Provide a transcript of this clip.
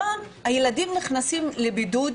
היום הילדים נכנסים לבידוד,